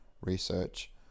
research